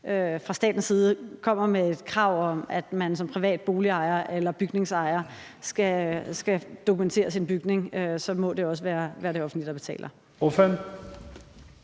fra statens side kommer med et krav om, at man som privat boligejer eller bygningsejer skal dokumentere sin bygning, så må det også være det offentlige, der betaler.